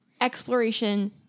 exploration